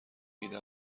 ایده